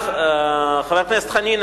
חבר הכנסת חנין,